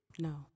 No